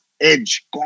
edge